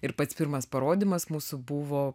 ir pats pirmas parodymas mūsų buvo